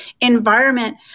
environment